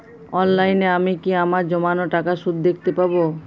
অনলাইনে আমি কি আমার জমানো টাকার সুদ দেখতে পবো?